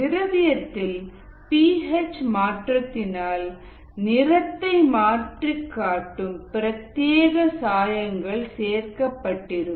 திரவியத்தில் P H மாற்றத்தினால் நிறத்தை மாற்றிக் காட்டும் பிரத்தியேக சாயங்கள் சேர்க்கப்பட்டிருக்கும்